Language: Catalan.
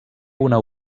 una